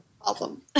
Awesome